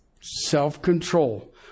Self-control